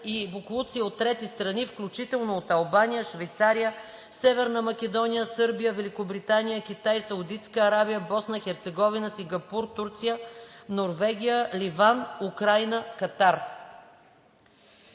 и боклуци от трети страни, включително от Албания, Швейцария, Северна Македония, Сърбия, Великобритания, Китай, Саудитска Арабия, Босна и Херцеговина, Сингапур, Турция, Норвегия, Ливан, Украйна, Катар.